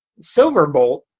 Silverbolt